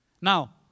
Now